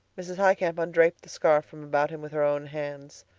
mrs. highcamp undraped the scarf from about him with her own hands.